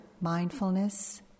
mindfulness